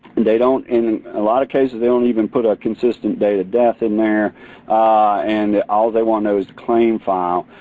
and they don't, in a lot of case they don't even put a consistent date of death in there and all they want to know is a claim file.